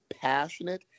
passionate